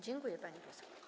Dziękuję, pani poseł.